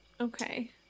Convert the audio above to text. Okay